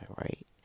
Right